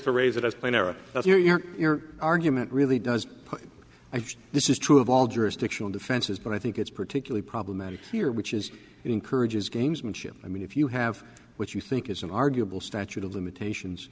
to raise it as plain error that you're argument really does and this is true of all jurisdictional defenses but i think it's particularly problematic here which is encourages gamesmanship i mean if you have what you think is an arguable statute of limitations